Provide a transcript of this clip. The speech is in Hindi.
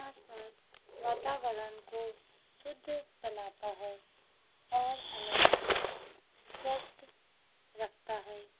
घास पात वातावरण को शुद्ध बनाता है और हमें स्वस्थ रखता है